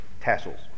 tassels